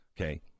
okay